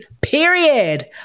period